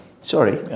sorry